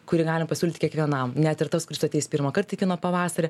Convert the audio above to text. kurį galim pasiūlyti kiekvienam net ir tas kuris ateis pirmąkart į kino pavasarį